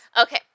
Okay